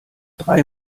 drei